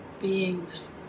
beings